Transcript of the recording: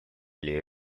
или